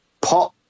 Pop